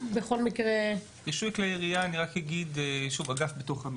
אני מכירה אותך כבר שנים ויודעת כמה אתה מסור ובטוחה שנראה